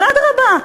אז אדרבה,